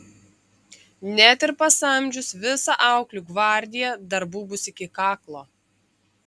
net ir pasamdžius visą auklių gvardiją darbų bus iki kaklo